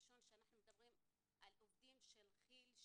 שלב ראשון אנחנו מדברים על עובדים של כיל,